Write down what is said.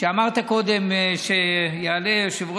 ראשי הרשויות,